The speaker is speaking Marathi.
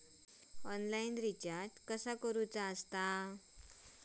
ऑनलाइन रिचार्ज कसा करूचा?